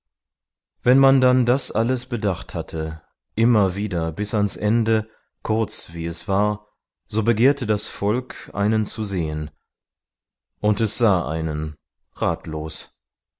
wenn man dann das alles bedacht hatte immer wieder bis ans ende kurz wie es war so begehrte das volk einen zu sehen und es sah einen ratlos